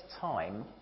time